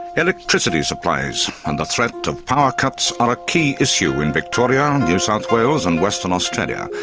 electricity supplies and the threat of power cuts are a key issue in victoria and new south wales and western australia,